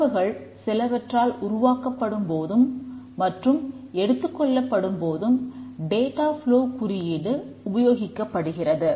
தரவுகள் சிலவற்றால் உருவாக்கப்படும் போதும் மற்றும் எடுத்துக்கொள்ளப்படும் போதும் டேட்டா ப்ஃலோ குறியீடு உபயோகிக்கப்படுகிறது